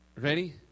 Ready